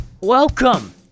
Welcome